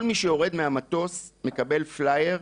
כל מי שיורד מהמטוס מקבל פלייר.